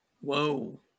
whoa